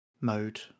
mode